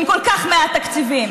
עם כל כך מעט תקציבים.